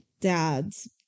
dad's